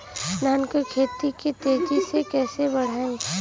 धान क खेती के तेजी से कइसे बढ़ाई?